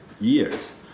years